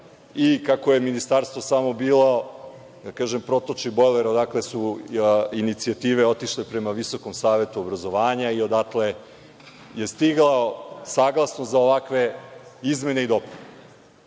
i kako je ministarstvo samo bilo protočni bojler odakle su inicijative otišle prema Visokom savetu obrazovanja i odatle je stigla saglasnost za ovakve izmene i